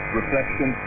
reflection